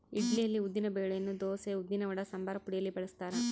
ಇಡ್ಲಿಯಲ್ಲಿ ಉದ್ದಿನ ಬೆಳೆಯನ್ನು ದೋಸೆ, ಉದ್ದಿನವಡ, ಸಂಬಾರಪುಡಿಯಲ್ಲಿ ಬಳಸ್ತಾರ